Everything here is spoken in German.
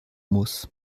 muss